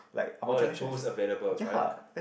all the tools available correct